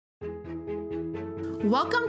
welcome